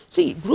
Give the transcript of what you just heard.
See